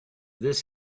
this